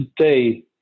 today